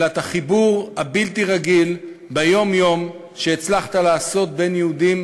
הוא החיבור הבלתי-רגיל ביום-יום שהצלחת לעשות בין יהודים